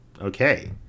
Okay